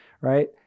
right